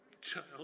child